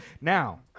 Now